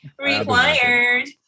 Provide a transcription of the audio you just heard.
Required